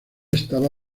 estaba